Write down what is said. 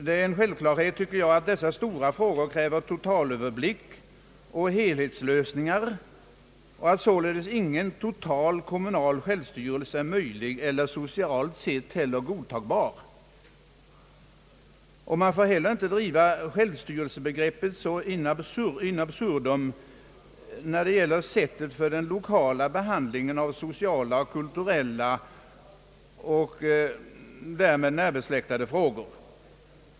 Jag anser att det är självklart att dessa stora frågor kräver helhetslösningar och att således ingen total kommunal självstyrelse är möjlig och inte heller socialt sett godtagbar. Man får inte heller driva självstyrelsebegreppet in absurdum när det gäller sättet för den lokala behandlingen av sociala, kulturella och därmed närbesläktade frågor.